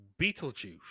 Beetlejuice